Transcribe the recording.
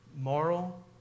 moral